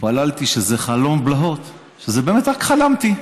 והתפללתי שזה חלום בלהות, שבאמת רק חלמתי.